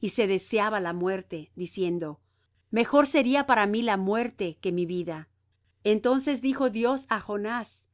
y se deseaba la muerte diciendo mejor sería para mí la muerte que mi vida entonces dijo dios á jonás